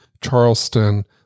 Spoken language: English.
Charleston